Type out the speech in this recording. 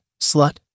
slut